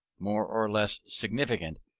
more or less significant,